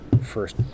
first